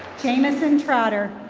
jameson trotter.